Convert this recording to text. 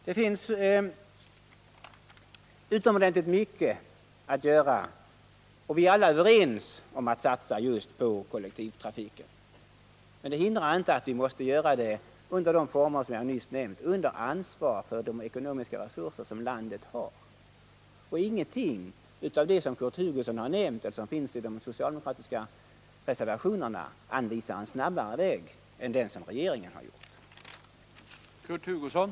Det finns utomordentligt mycket att göra, och vi är alla överens om att satsa just på kollektivtrafiken. Men det hindrar inte att vi måste göra det under de former som jag nyss berört — under ansvar för de ekonomiska resurser som landet har. Ingenting av det som Kurt Hugosson har nämnt och som står i de socialdemokratiska reservationerna anvisar en snabbare väg än den som regeringen föreslår.